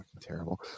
Terrible